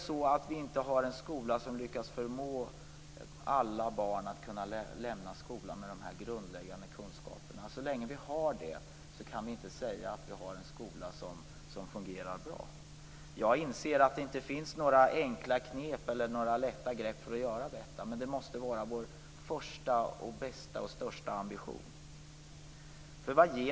Så länge vi inte har en skola som lyckas med att alla barn när de lämnar skolan har de här grundläggande kunskaperna kan vi inte säga att vi har en skola som fungerar bra. Jag inser att det inte finns några enkla knep eller lätta grepp för att göra detta, men det vara vår första, bästa och största ambition.